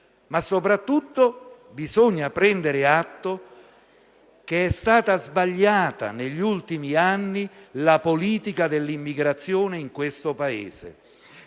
Inoltre, bisogna prendere atto che è stata sbagliata negli ultimi anni la politica dell'immigrazione in questo Paese: